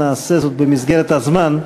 אנא עשה זאת במסגרת הזמן,